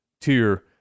tier